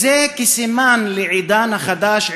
זה כסימן לעידן החדש,